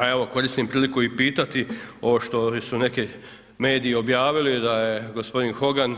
A evo koristim priliku i pitati ovo što su neki mediji objavili da je gospodin Hogan,